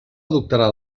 adoptarà